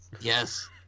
Yes